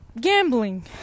Gambling